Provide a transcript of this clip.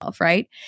right